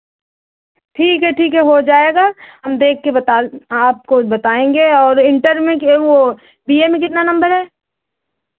ठीक है ठीक है हो जाएगा हम देख के बता आपको बताएंगे और इंटर में ये वो बी ए में कितना नम्बर है